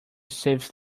saves